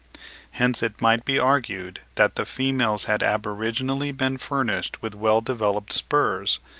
hence it might be argued that the females had aboriginally been furnished with well-developed spurs,